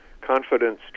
confidence